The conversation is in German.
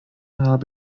habe